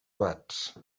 abats